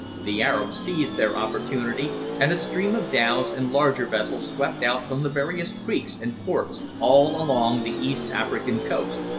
the arabs seized their opportunity, and a stream of dhows and larger vessels swept out from the various creeks and ports all along the east african coast,